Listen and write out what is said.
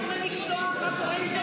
שאלת כבר גורמי מקצוע מה קורה עם זה,